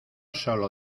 solo